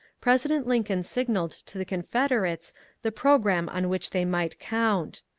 president lincoln signalled to the confederates the programme on which they might count.